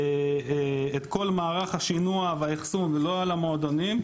כל מערך השינוע והאחסון על המועדונים,